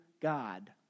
God